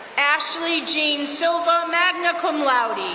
ashley jean silva, magna cum laude.